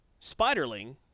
Spiderling